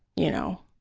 you know.